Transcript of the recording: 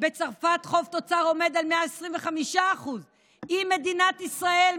בצרפת החוב תוצר עומד על 125%. אם מדינת ישראל,